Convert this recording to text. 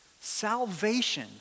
Salvation